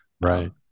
Right